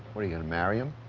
are you gonna marry him?